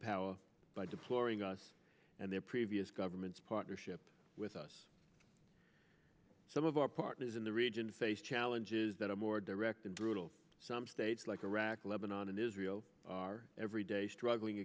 power by deploring us and their previous governments partnership with us some of our partners in the region face challenges that are more direct and brutal some states like iraq lebanon and israel are every day struggling